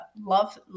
love